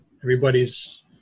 Everybody's